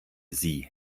sie